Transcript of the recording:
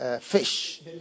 fish